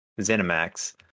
ZeniMax